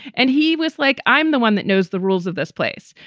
and he was like, i'm the one that knows the rules of this place.